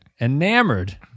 enamored